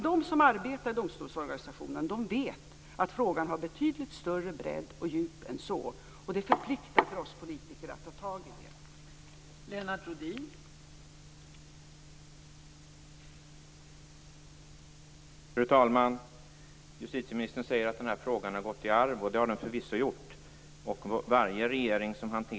De som arbetar i domstolsorganisationen vet att frågan har betydligt större bredd än så. Det förpliktigar oss politiker att ta tag i det här.